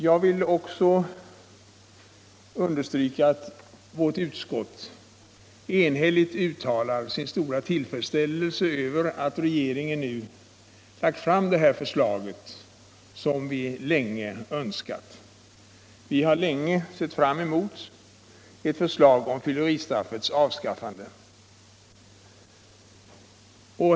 Jag vill också understryka att utskottet enhälligt uttalar sin stora tillfredsställelse över att regeringen nu lagt fram det här förslaget, som vi länge önskat. Vi har länge sett fram emot ett förslag om fylleristraffets avskaffande.